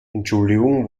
entschuldigung